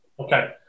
Okay